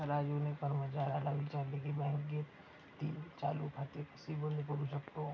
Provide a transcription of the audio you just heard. राजूने कर्मचाऱ्याला विचारले की बँकेतील चालू खाते कसे बंद करू शकतो?